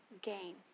gain